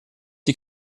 die